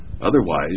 otherwise